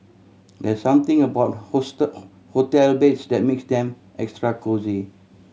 there's something about hotel beds that makes them extra cosy